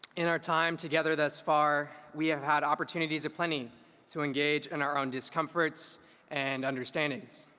in our time together thus far, we have had opportunities aplenty to engage in our own discomforts and understandings.